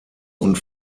und